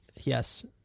Yes